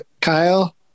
Kyle